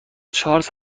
چارلز